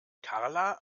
karla